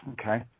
Okay